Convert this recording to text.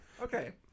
Okay